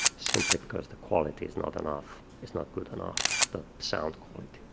simply because the quality is not enough. it's not good enough, the sound quality.